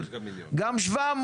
גם 700,